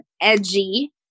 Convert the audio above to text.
edgy